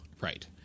right